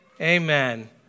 Amen